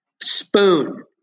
spoon